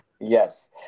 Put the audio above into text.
Yes